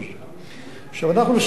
אנחנו משחקים אותה על הקשקש.